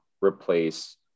replace